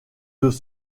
deux